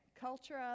culture